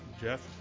Jeff